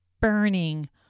burning